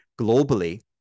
globally